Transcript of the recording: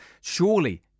Surely